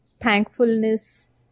thankfulness